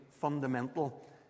fundamental